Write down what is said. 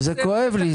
אבל זה כואב לי,